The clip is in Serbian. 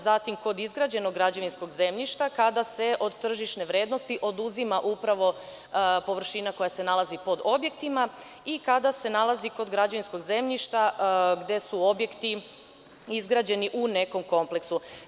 Zatim kod izgrađenog građevinskog zemljišta kada se od tržišne vrednosti oduzima upravo površina koja se nalazi pod objektima i kada se nalazi kod građevinskog zemljišta gde su objekti izgrađeni u nekom kompleksu.